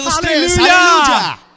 hallelujah